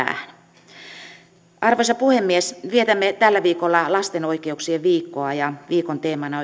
vuosikymmenien päähän arvoisa puhemies vietämme tällä viikolla lasten oikeuksien viikkoa ja viikon teemana